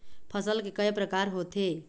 फसल के कय प्रकार होथे?